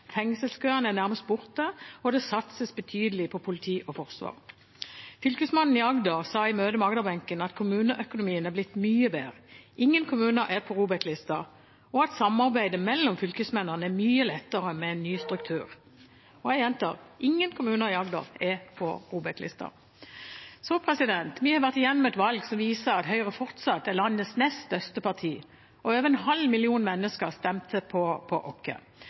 fengselskøene er nærmest borte, og det satses betydelig på politi og forsvar. Fylkesmannen i Agder sa i møte med agderbenken at kommuneøkonomien er blitt mye bedre, ingen kommuner er på ROBEK-lista, og at samarbeidet mellom fylkesmennene er mye lettere med ny struktur. Jeg gjentar: Ingen kommuner i Agder er på ROBEK-lista. Vi har vært gjennom et valg som viser at Høyre fortsatt er landets nest største parti, og over en halv million mennesker stemte på oss.